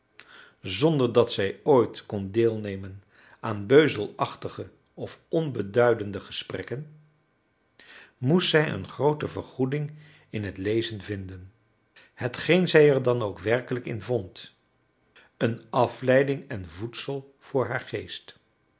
zonder dat zij ooit kon deelnemen aan beuzelachtige of onbeduidende gesprekken moest zij een groote vergoeding in het lezen vinden hetgeen zij er dan ook werkelijk in vond een afleiding en voedsel voor haar geest